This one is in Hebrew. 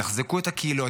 יתחזקו את הקהילות,